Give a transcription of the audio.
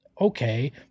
okay